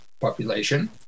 population